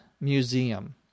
Museum